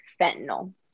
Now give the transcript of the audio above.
fentanyl